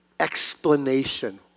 explanation